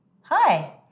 Hi